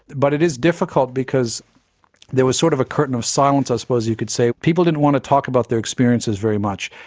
but it is difficult because there was sort of a curtain of silence, i suppose you could say. people didn't want to talk about their experiences very much.